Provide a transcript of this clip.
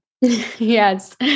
Yes